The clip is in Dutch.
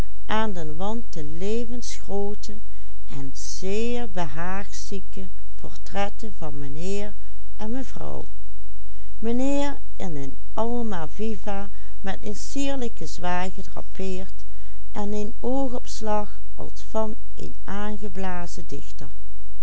behaagzieke portretten van mijnheer en mevrouw mijnheer in een almaviva met een sierlijken zwaai gedrapeerd en een oogopslag als van een